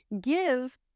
give